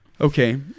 Okay